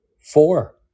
Four